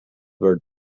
were